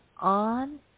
on